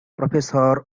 professor